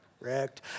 wrecked